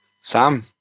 Sam